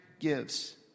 Gives